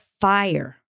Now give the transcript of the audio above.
fire